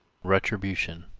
retribution,